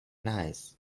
nice